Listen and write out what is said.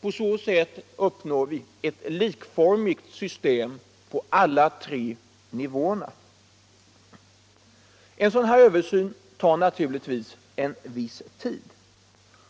På så sätt får vi ett likformigt system på alla tre nivåerna. En sådan här översyn tar naturligtvis en viss tid.